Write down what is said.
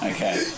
Okay